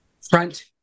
Front